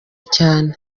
cyane